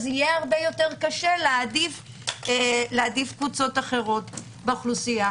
יהיה הרבה יותר קשה להעדיף קבוצות אחרות באוכלוסייה.